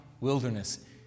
wilderness